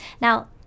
Now